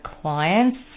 clients